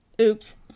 Oops